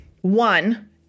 One